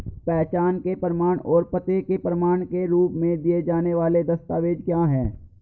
पहचान के प्रमाण और पते के प्रमाण के रूप में दिए जाने वाले दस्तावेज क्या हैं?